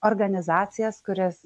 organizacijas kurias